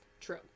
True